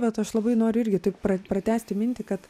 bet aš labai noriu irgi taip pra pratęsti mintį kad